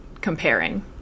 comparing